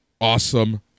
Awesome